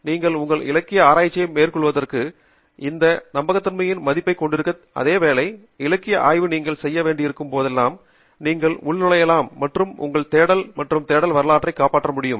நீங்கள் உங்கள் இலக்கிய ஆராய்ச்சியை மேற்கொள்வதோடு இந்த நம்பகத்தன்மையின் மதிப்பைக் கொண்டிருக்கும் அதேவேளை இலக்கிய ஆய்வுக்கு நீங்கள் செய்ய வேண்டியிருக்கும் போதெல்லாம் நீங்கள் உள்நுழையலாம் மற்றும் உங்கள் தேடல்கள் மற்றும் தேடல் வரலாற்றை காப்பாற்ற முடியும்